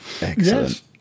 Excellent